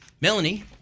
Melanie